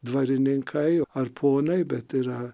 dvarininkai ar ponai bet yra